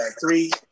three